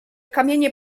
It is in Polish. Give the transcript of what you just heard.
kamienie